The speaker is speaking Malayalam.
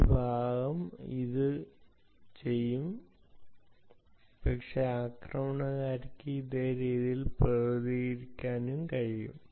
ആ ഭാഗം അത് ചെയ്യും പക്ഷേ ആക്രമണകാരിക്ക് അതേ രീതിയിൽ പ്രതികരിക്കാനും കഴിയും